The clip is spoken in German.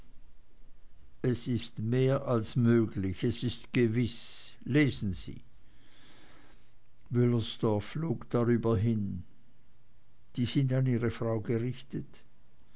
es ist mehr als möglich es ist gewiß lesen sie wüllersdorf flog drüber hin die sind an ihre frau gerichtet